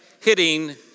hitting